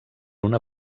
una